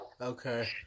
Okay